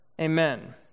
Amen